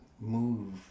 move